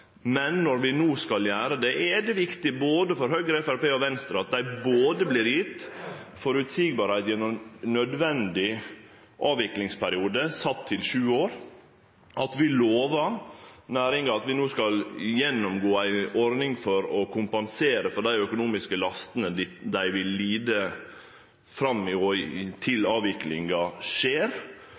men når vi no skal gjere det, er det viktig, både for Høgre, Framstegspartiet og Venstre, at dei både vert gjevne føreseielege rammer gjennom ein nødvendig avviklingsperiode sett til sju år, og at vi lovar næringa at vi no skal gjennomgå ei ordning for å kompensere for dei økonomiske lastene dei vil lide fram til avviklinga skjer